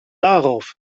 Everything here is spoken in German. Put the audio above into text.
darauf